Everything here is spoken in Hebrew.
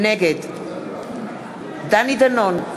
נגד דני דנון,